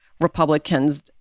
Republicans